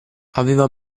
aveva